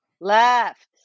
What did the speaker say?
Left